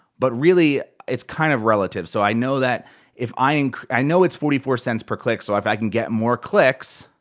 but really, it's kind of relative. so i know that if, i and i know it's forty four cents per click so if i can get more clicks,